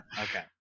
Okay